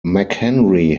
mchenry